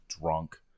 drunk